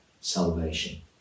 salvation